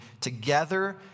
together